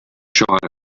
xiquet